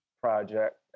project